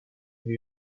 new